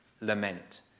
Lament